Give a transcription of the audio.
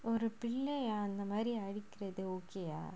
ஒருபிள்ளையஅந்தமாதிரிஅடிக்கிறது:oru pillaya antha mathiriya adikkrathu okay ah